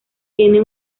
tiene